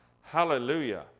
Hallelujah